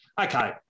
Okay